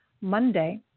Monday